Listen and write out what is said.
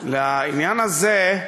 לעניין הזה,